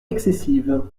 excessive